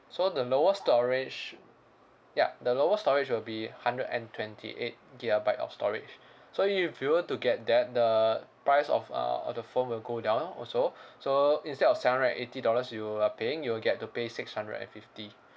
so the lowest storage yup the lowest storage will be hundred and twenty eight gigabyte of storage so if you were to get that the price of uh of the phone will go down also so instead of seven hundred and eighty dollars you are paying you will get to pay six hundred and fifty